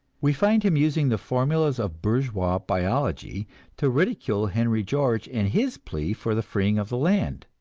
we find him using the formulas of bourgeois biology to ridicule henry george and his plea for the freeing of the land.